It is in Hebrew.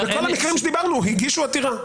באותם המקרים עליהם דיברנו, הגישו עתירה.